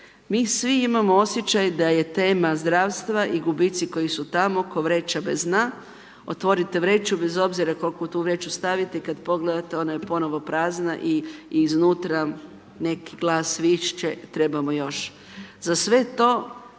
Mi svi imamo osjećaj da je tema zdravstva i gubici koji su tamo ko vreća bez dna, otvorite vreću bez obzira koliko u tu vreću stavite i kada pogledate ona je ponovo prazna i iznutra neki glas viče, trebamo još. Za sve to